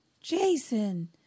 Jason